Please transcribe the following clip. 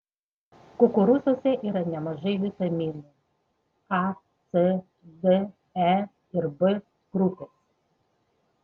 kukurūzuose yra nemažai vitaminų a c d e ir b grupės